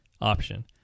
option